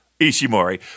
Ishimori